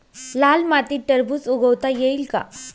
लाल मातीत टरबूज उगवता येईल का?